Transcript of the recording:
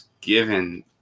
given